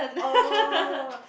oh